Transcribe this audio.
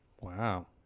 Wow